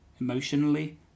emotionally